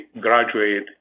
graduate